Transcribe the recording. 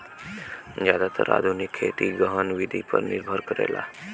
जादातर आधुनिक खेती गहन विधि पर निर्भर करला